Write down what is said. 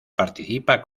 participa